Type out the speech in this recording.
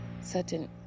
certain